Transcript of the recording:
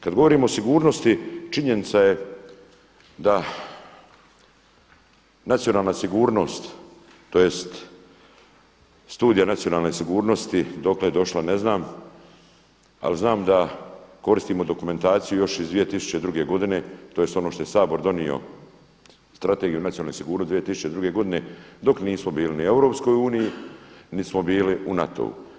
Kada govorimo o sigurnosti činjenica je da nacionalna sigurnost tj. Studija nacionalne sigurnosti dokle je došla, ne znam, ali znam da koristimo dokumentaciju još iz 2002. godine tj. ono što je Sabor donio Strategiju nacionalne sigurnosti 2002. godine dok nismo bili ni u EU niti smo bili u NATO-u.